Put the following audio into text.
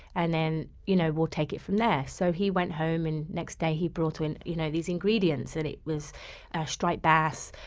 and then you know we'll take it from there. so he went home and the next day he brought in you know these ingredients and it was striped bass,